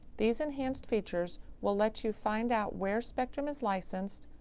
these enhanced features will let you find out where spectrum is licensed,